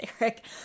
Eric